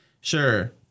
sure